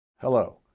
Hello